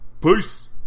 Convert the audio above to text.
Peace